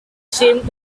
seemed